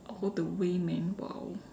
all the way man !wow!